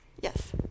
Yes